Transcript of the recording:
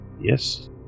Yes